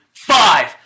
Five